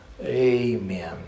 Amen